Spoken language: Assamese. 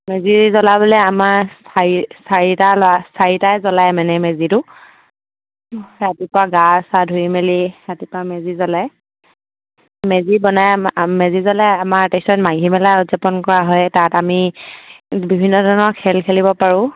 মেজি জ্বলাবলে আমাৰ চাৰিটাই জ্বলায় মানে মেজিটো ৰাতিপুৱা গা চা ধুই মেলি ৰাতিপুৱা মেজি জ্বলায় মেজি বনাই মেজি জ্বলাই আমাৰ তাৰপিছত আহি মেলা উদযাপন কৰা হয় তাত আমি বিভিন্ন ধৰণৰ খেল খেলিব পাৰোঁ